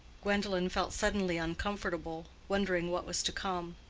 gwendolen felt suddenly uncomfortable, wondering what was to come.